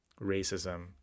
racism